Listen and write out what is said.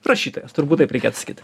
rašytojas turbūt taip reikia atsakyt